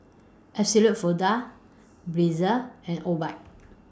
Absolut Vodka Breezer and Obike